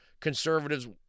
conservatives